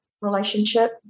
relationship